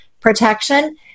protection